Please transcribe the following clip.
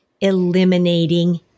eliminating